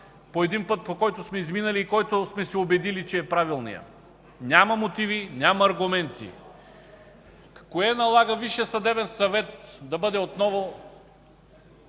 по един път, който сме изминали и който сме се убедили, че е правилният? Няма мотиви, няма аргументи. Кое налага Висшият съдебен съвет да бъде отново